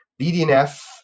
BDNF